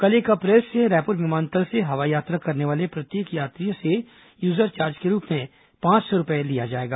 कल एक अप्रैल से रायपुर विमानतल से हवाई यात्रा करने वाले प्रत्येक यात्रियों से यूजर चार्ज के रूप में पांच सौ रूपये लिया जाएगा